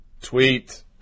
tweet